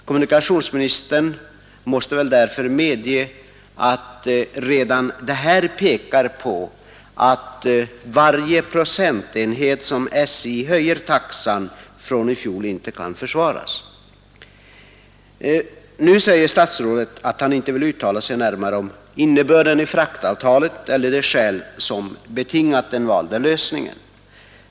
Kommunikationsministern måste väl medge att redan detta pekar på att det inte går att försvara någon enda procentenhets höjning i förhållande till fjolårets taxa. Nu säger statsrådet att han inte vill uttala sig närmare om innebörden i fraktavtalet eller de skäl som betingat den valda lösningen.